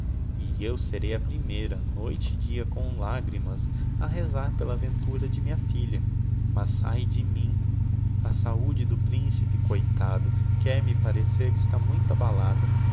e eu serei a primeira noite e dia com lagrimas a rezar pela ventura de minha filha mas ai de mim a saude do principe coitado quer me parecer que está muito abalada